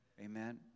Amen